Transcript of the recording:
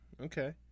Okay